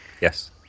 Yes